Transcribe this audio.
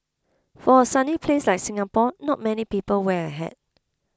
for a sunny place like Singapore not many people wear a hat